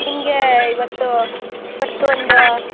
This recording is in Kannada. ನಿಮಗೆ ಇವತ್ತು ಇವತ್ತು ಒಂದು